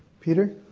peter?